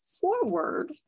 forward